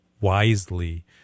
wisely